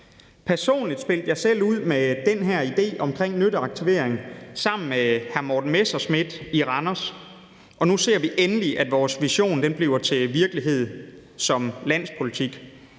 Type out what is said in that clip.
Personligt spillede jeg selv ud med den her idé om nytteaktivering sammen hr. Morten Messerschmidt i Randers, og nu ser vi endelig, at vores vision bliver til virkelighed som landspolitik.